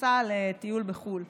נסע לטיול בחו"ל.